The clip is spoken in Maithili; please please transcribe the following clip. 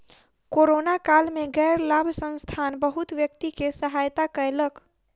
कोरोना काल में गैर लाभ संस्थान बहुत व्यक्ति के सहायता कयलक